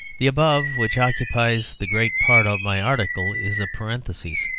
the above, which occupies the great part of my article, is a parenthises.